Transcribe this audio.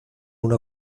una